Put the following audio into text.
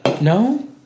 No